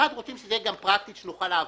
רוצים שזה יהיה פרקטי כדי שנוכל לעבוד.